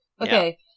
Okay